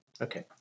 Okay